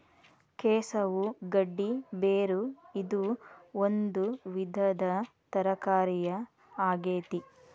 ಕೆಸವು ಗಡ್ಡಿ ಬೇರು ಇದು ಒಂದು ವಿವಿಧ ತರಕಾರಿಯ ಆಗೇತಿ